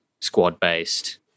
squad-based